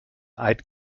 eid